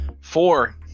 Four